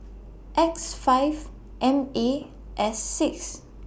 X five M A S six